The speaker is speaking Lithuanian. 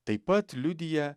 taip pat liudija